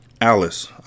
Alice